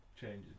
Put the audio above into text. changes